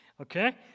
okay